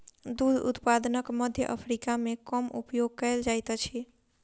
दूध उत्पादनक मध्य अफ्रीका मे कम उपयोग कयल जाइत अछि